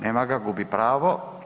Nema ga, gubi pravo.